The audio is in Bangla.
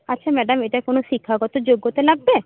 আচ্ছা ম্যাডাম এটা কোনো শিক্ষাগত যোগ্যতা লাগবে